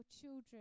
children